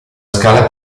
scala